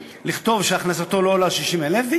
ולכתוב שהכנסתו לא עולה על 60,000 שקל,